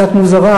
קצת מוזרה,